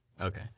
Okay